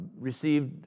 received